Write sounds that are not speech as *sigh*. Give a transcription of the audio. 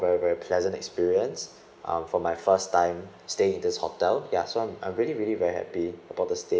pleasant experience *breath* um for my first time stay in this hotel ya so I'm I'm really really very happy about the stay *breath*